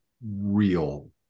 real